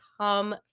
come